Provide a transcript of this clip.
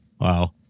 Wow